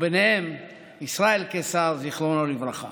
וביניהם ישראל קיסר, זיכרונו לברכה.